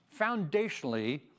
foundationally